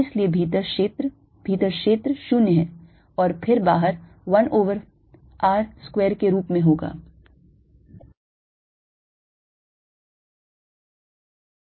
इसलिए भीतर क्षेत्र भीतर क्षेत्र 0 है और फिर बाहर 1 over r square के रूप में होगा